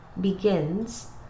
begins